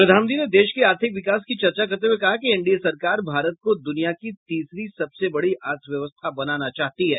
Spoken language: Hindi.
प्रधानमंत्री ने देश के आर्थिक विकास की चर्चा करते हुए कहा कि एनडीए सरकार भारत को दुनिया की तीसरी सबसे बड़ी अर्थव्यवस्था बनाना चाहती है